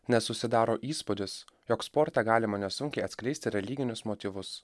nes susidaro įspūdis jog sporte galima nesunkiai atskleisti religinius motyvus